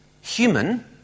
human